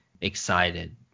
excited